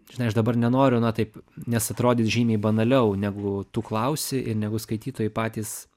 žinai aš dabar nenoriu na taip nes atrodys žymiai banaliau negu tu klausi ir negu skaitytojai patys